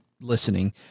listening